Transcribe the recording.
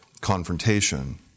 confrontation